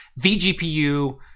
vGPU